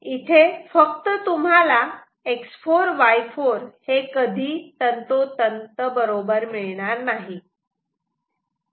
इथे फक्त तुम्हाला X4Y4 हे कधी तंतोतंत बरोबर मिळणार नाही